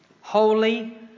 holy